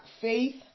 faith